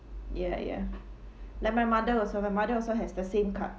ya ya like my mother also my mother also has the same card